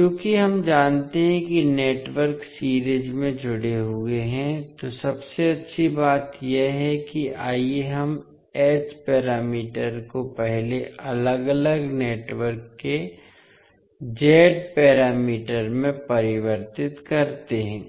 चूँकि हम जानते हैं कि नेटवर्क सीरीज में जुड़े हुए हैं तो सबसे अच्छी बात यह है कि आइए हम h पैरामीटर को पहले अलग अलग नेटवर्क के z पैरामीटर में परिवर्तित करते हैं